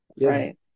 Right